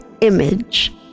image